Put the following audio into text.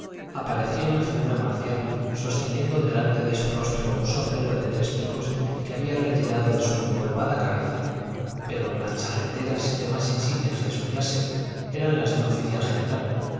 aparecía una figura marcial sosteniendo delante de su rostro un sombrero de tres picos que había retirado de su empolvada cabeza pero las charreteras y demás insignias de su clase eran las de un oficial general